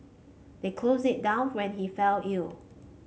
they closed it down when he fell ill